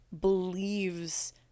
believes